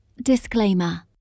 Disclaimer